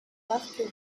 marc